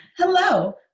Hello